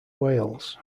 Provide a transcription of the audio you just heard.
wales